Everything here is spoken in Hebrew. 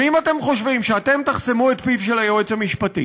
ואם אתם חושבים שאתם תחסמו את פיו של היועץ המשפטי